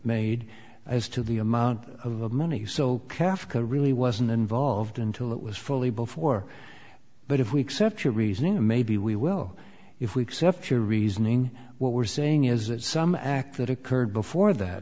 made as to the amount of money so africa really wasn't involved until it was fully before but if we accept your reasoning and maybe we will if we accept your reasoning what we're saying is that some act that occurred before that